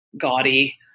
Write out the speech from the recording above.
gaudy